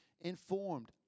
informed